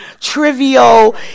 trivial